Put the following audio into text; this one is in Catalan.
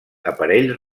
aparell